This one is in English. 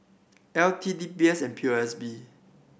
L T D B S and P O S B